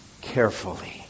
carefully